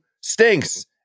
stinks